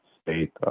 state